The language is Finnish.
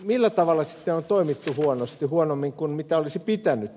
millä tavalla sitten on toimittu huonosti huonommin kuin mitä olisi pitänyt